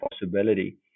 possibility